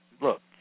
Look